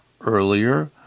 Earlier